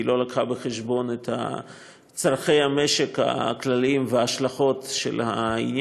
כי הוא לא הביא בחשבון את צורכי המשק הכלליים ואת ההשלכות של העניין.